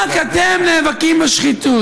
רק אתם נאבקים בשחיתות.